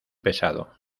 pesado